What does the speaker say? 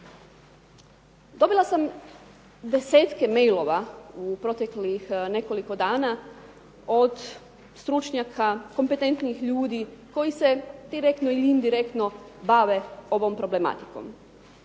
Dobila sam desetke mailova u proteklih nekoliko dana od stručnjaka, kompetentnih ljudi koji se direktno ili indirektno bave ovom problematikom.